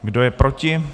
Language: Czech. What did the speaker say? Kdo je proti?